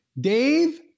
Dave